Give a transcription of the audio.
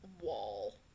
wall